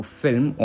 film